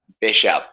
Bishop